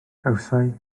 gawsai